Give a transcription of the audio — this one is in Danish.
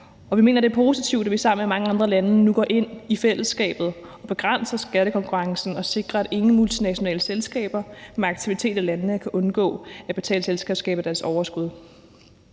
og vi mener, at det er positivt, at vi sammen med mange andre lande nu går ind i fællesskabet og begrænser skattekonkurrencen og sikrer, at ingen multinationale selskaber med aktiviteter i landene kan undgå at betale selskabsskat af deres overskud.